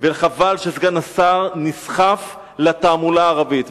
חבל שסגן השר נסחף לתעמולה הערבית,